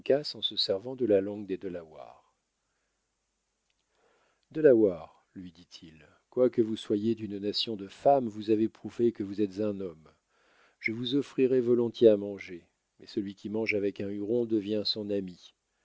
en se servant de la langue des delawares delaware lui dit-il quoique vous soyez d'une nation de femmes vous avez prouvé que vous êtes un homme je vous offrirais volontiers à manger mais celui qui mange avec un huron devient son ami